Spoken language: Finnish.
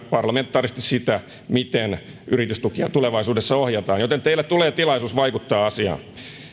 parlamentaarisesti sitä miten yritystukia tulevaisuudessa ohjataan joten teille tulee tilaisuus vaikuttaa